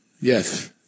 yes